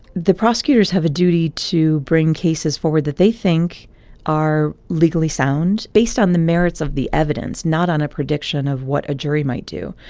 the prosecutors have a duty to bring cases forward that they think are legally sound based on the merits of the evidence, not on a prediction of what a jury might do.